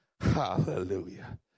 Hallelujah